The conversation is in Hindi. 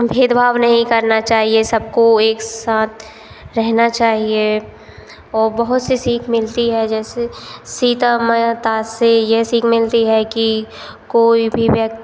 भेदभाव नहीं करना चाहिए सबको एक साथ रहना चाहिए और बहुत सी सीख मिलती है जैसे सीता माता से यह सीख मिलती है कि कोई भी व्यक